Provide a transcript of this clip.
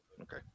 Okay